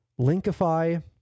Linkify